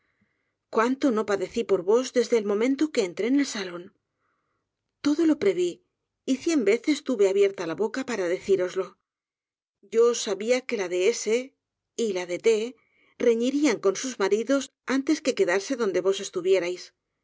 cuánto no padecí por vos desde el momento que entré en el salón todo lo previ y cien veces tuve abierta la boca para decíroslo yo sa bia que la de s y la de t reñirían con sus maridos antes que quedarse donde vps estuvierais